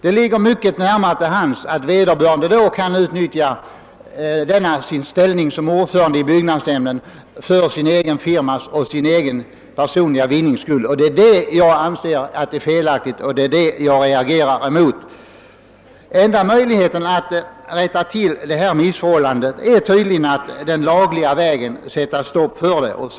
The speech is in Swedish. Det ligger nära till hands att vederbörande då kan utnyttja sin ställning som ordförande i byggnadsnämnden för sin egen firmas eller sin personliga vinnings skull. Det är detta jag anser vara felaktigt och det är mot detta jag reagerar. Enda möjligheten att rätta till ett sådant missförhållande är tydligen att på laglig väg sätta stopp för förfarandet.